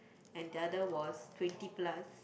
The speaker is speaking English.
and the other was twenty plus